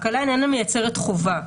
ההקלה אינה מייצרת חובה.